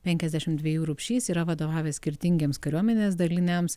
penkiasdešimt dvejų rupšys yra vadovavęs skirtingiems kariuomenės daliniams